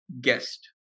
guest